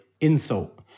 insult